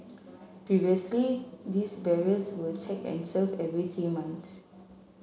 previously these barriers were checked and serviced every three months